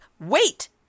wait